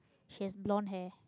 she has blond hair